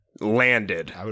landed